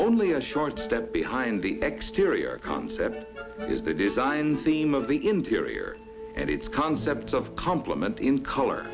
only a short step behind the exterior concept is the design theme of the interior and its concept of compliment in color